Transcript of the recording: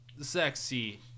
sexy